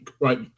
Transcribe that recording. right